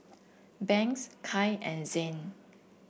Banks Kai and Zhane